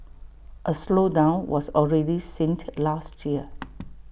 A slowdown was already seen last year